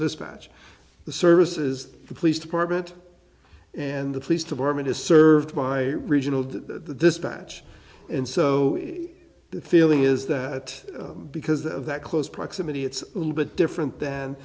dispatch the service is the police department and the police department is served by a regional de dispatch and so the feeling is that because of that close proximity it's a little bit different than